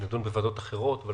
שנידון בוועדות אחרות, אבל